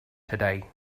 today